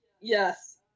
yes